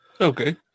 Okay